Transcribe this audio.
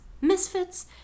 misfits